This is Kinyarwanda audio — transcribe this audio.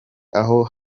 aho